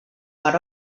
per